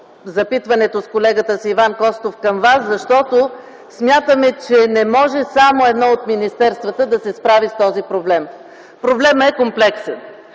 запитването с колегата Иван Костов към Вас, защото смятаме, че не може само едно от министерствата да се справи с този проблем. Проблемът е комплексен.